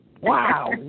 wow